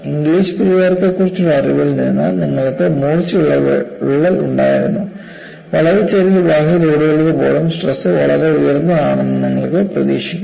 Inglis പരിഹാരത്തെക്കുറിച്ചുള്ള അറിവിൽ നിന്ന് നിങ്ങൾക്ക് മൂർച്ചയുള്ള വിള്ളൽ ഉണ്ടായിരുന്നു വളരെ ചെറിയ ബാഹ്യ ലോഡുകൾക്ക് പോലും സ്ട്രെസ് വളരെ ഉയർന്നതാണെന്ന് നിങ്ങൾക്ക് പ്രതീക്ഷിക്കാം